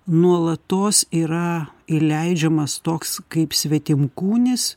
nuolatos yra įleidžiamas toks kaip svetimkūnis